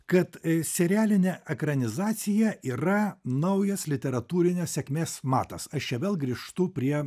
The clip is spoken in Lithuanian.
kad serialinė ekranizacija yra naujas literatūrinės sėkmės matas aš čia vėl grįžtu prie